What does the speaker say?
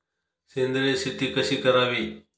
सेंद्रिय शेती कशी करावी?